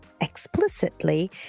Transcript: explicitly